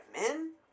men